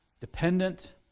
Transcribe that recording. dependent